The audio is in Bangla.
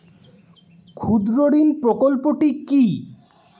ক্ষুদ্রঋণ প্রকল্পটি কি?